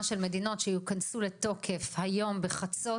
של מדינות שיכנסו לתוקף היום בחצות